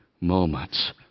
moments